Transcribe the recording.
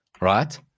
right